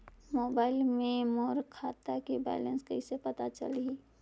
Mobile मे मोर खाता के बैलेंस कइसे पता चलही?